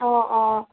অ অ